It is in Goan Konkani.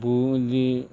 बुली